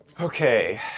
Okay